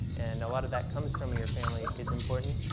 and a lot of that comes from your family is important.